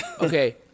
Okay